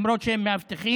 למרות שהם מאבטחים.